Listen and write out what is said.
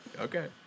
okay